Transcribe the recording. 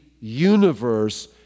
universe